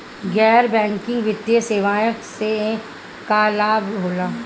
गैर बैंकिंग वित्तीय सेवाएं से का का लाभ होला?